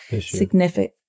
significant